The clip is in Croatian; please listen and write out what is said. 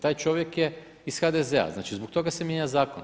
Taj čovjek je iz HDZ-a, znači zbog toga se mijenja zakon.